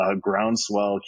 groundswell